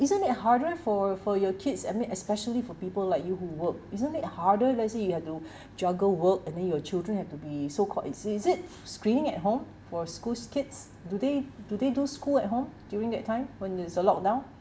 isn't it harder for for your kids I mean especially for people like you who work isn't the harder let's say you have to juggle work and then your children have to be so called is it is it screening at home for schools kids do they do they do school at home during that time when there's a lock down